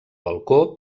balcó